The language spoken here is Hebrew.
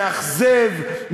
מאכזב,